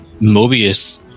Mobius